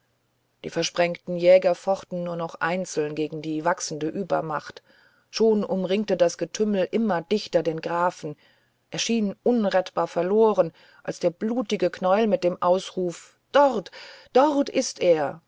die versprengten jäger fochten nur noch einzeln gegen die wachsende übermacht schon umringte das getümmel immer dichter den grafen er schien unrettbar verloren als der blutige knäuel mit dem ausruf dort dort ist er